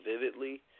vividly